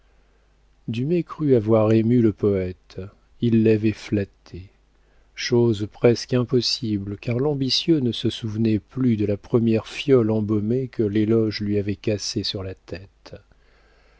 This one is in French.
dumay crut avoir ému le poëte il l'avait flatté chose presque impossible car l'ambitieux ne se souvenait plus de la première fiole embaumée que l'éloge lui avait cassée sur la tête